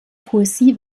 poesie